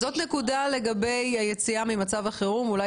זאת נקודה לגבי היציאה ממצב החירום ואולי